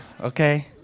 okay